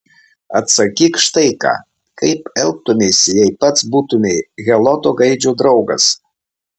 atsakyk štai ką kaip elgtumeisi jei pats būtumei heloto gaidžio draugas